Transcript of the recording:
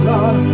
God